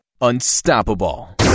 unstoppable